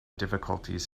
difficulties